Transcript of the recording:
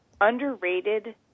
underrated